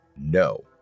No